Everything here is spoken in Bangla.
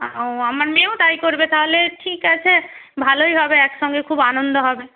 ও আমার মেয়েও তাই করবে তাহলে ঠিক আছে ভালোই হবে একসঙ্গে খুব আনন্দ হবে